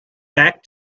back